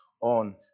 on